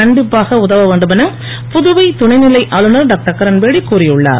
கண்டிப்பாக உதவ வேண்டுமென புதுவை துணைநிலை ஆளுனர் டாக்டர் கிரண்பேடி கூறியுள்ளார்